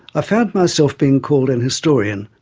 ah found myself being called an historian,